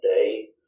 day